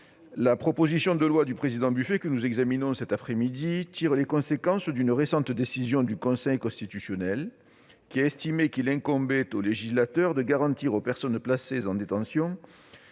la proposition de loi du président Buffet que nous examinons cet après-midi tire les conséquences d'une récente décision du Conseil constitutionnel, qui a estimé qu'il incombait au législateur de garantir aux personnes placées en détention